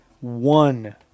one